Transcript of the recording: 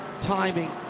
timing